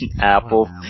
Apple